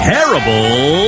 Terrible